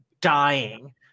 dying